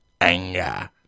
Anger